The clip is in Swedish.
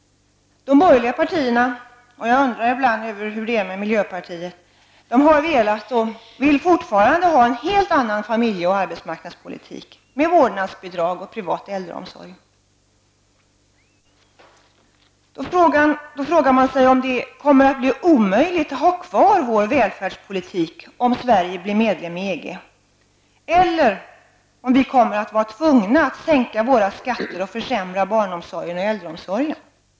De borgerliga partierna, och jag undrar ibland hur det är med miljöpartiet, har velat och vill fortfarande ha en helt annan familje och arbetsmarknadspolitik med vårdnadsbidrag och privat äldreomsorg. Kommer det då att bli omöjligt att ha kvar vår välfärdspolitik om Sverige blir medlem i EG, eller kommer vi att vara tvungna att sänka våra skatter och försämra barnomsorgen och äldreomsorgen?